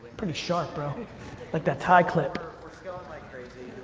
pretty sharp, bro. like that tie clip. we're scaling like crazy.